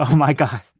ah um my god,